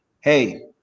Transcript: hey